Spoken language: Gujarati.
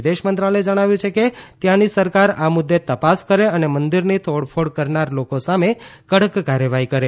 વિદેશ મંત્રાલયે જણાવ્યું છે કે ત્યાંની સરકાર આ મુદ્દે તપાસ કરે અને મંદિરની તોડફોડ કરનાર લોકો સામે કડક કાર્યવાહી કરે